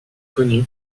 connu